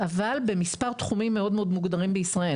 אבל במספר תחומים מאוד מאוד מוגדרים בישראל.